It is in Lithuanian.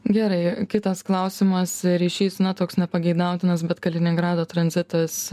gerai kitas klausimas ryšys na toks nepageidautinas bet kaliningrado tranzitas